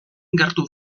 gertu